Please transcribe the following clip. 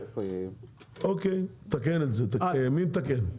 אוקי תקן את זה, מי מתקן?